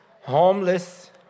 homeless